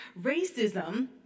racism